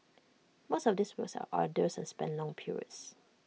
most of these works are arduous and span long periods